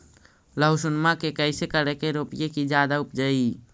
लहसूनमा के कैसे करके रोपीय की जादा उपजई?